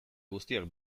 guztiak